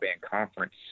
conference